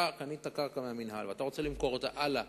נניח שאתה קנית קרקע מהמינהל ואתה רוצה למכור אותה הלאה